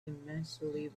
immensely